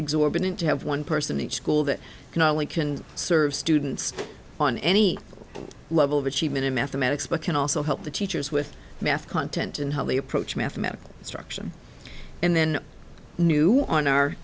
exorbitant to have one person each school that not only can serve students on any level of achievement in mathematics but can also help the teachers with math content and how they approach mathematical instruction and then new on our